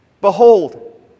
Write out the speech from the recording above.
Behold